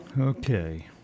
Okay